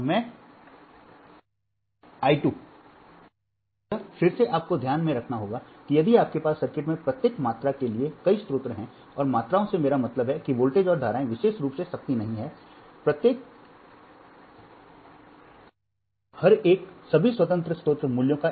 और मैं 2 तो यह फिर से आपको ध्यान में रखना होगा कि यदि आपके पास सर्किट में प्रत्येक मात्रा के लिए कई स्रोत हैं और मात्राओं से मेरा मतलब है कि वोल्टेज और धाराएं विशेष रूप से शक्ति नहीं हैं प्रत्येक एक सभी का एक रैखिक संयोजन होगा स्वतंत्र स्रोत मूल्य